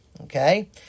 okay